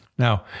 Now